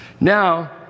Now